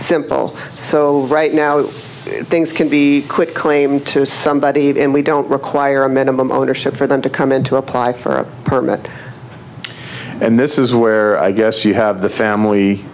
simple so right now it things can be quit claim to somebody even we don't require a minimum ownership for them to come in to apply for a permit and this is where i guess you have the family